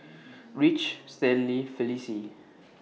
Ridge Stanley Felicie